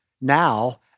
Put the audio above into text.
now